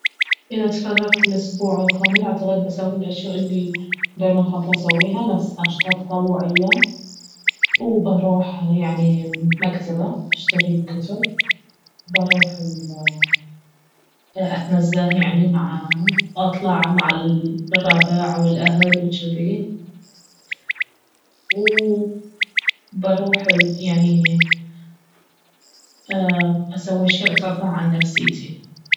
اذا تفرغت لاسبوع كامل اعتقد بسوي الأشياء الي دايماً خاطري اسويها نفس أنشطة تطوعية وبروح يعني مكتبة اشتري كتب بروح اتنزه يعني مع واطلع مع الربع والاهل وجذي و بروح ال يعني اسوي أشياء ترفه عن نفسيتي